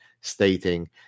stating